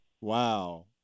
Wow